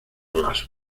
las